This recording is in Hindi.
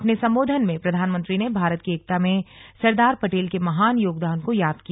अपने संबोधन में प्रधानमंत्री ने भारत की एकता में सरदार पटेल के महान योगदान को याद किया